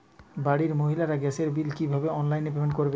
বাড়ির মহিলারা গ্যাসের বিল কি ভাবে অনলাইন পেমেন্ট করবে?